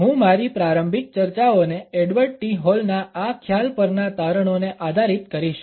હું મારી પ્રારંભિક ચર્ચાઓને એડવર્ડ ટી હોલના આ ખ્યાલ પરના તારણોને આધારિત કરીશ